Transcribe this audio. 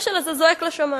הכשל הזה זועק לשמים.